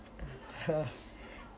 sure